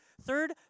Third